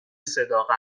صداقت